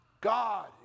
God